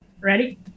ready